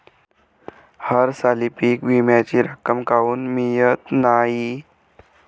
हरसाली पीक विम्याची रक्कम काऊन मियत नाई?